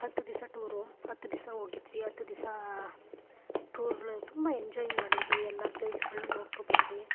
ಹತ್ತು ದಿವಸ ಟೂರು ಹತ್ತು ದಿವಸ ಹೋಗಿದ್ವಿ ಹತ್ತು ದಿವಸ ಟೂರಲ್ಲಿ ತುಂಬ ಎಂಜಾಯ್ ಮಾಡಿದ್ವಿ ಎಲ್ಲ ಪ್ಲೇಸ್ಗಳನ್ನು ನೋಡ್ಕೊಂಡು ಬಂದ್ವಿ